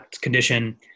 condition